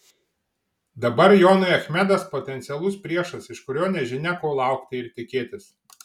dabar jonui achmedas potencialus priešas iš kurio nežinia ko laukti ir tikėtis